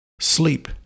sleep